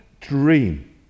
dream